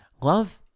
Love